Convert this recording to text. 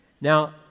Now